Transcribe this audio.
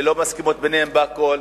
שלא מסכימות ביניהן בכול,